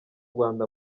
rwanda